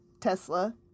Tesla